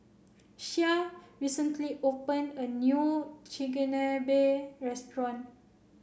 Shea recently open a new Chigenabe restaurant